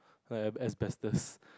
like as ambassadors